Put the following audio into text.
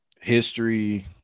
history